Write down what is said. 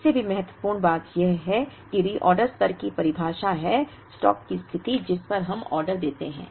इससे भी महत्वपूर्ण बात यह है कि रीऑर्डर स्तर की परिभाषा है स्टॉक की स्थिति जिस पर हम ऑर्डर देते हैं